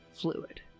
fluid